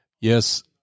Yes